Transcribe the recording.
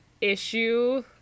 issue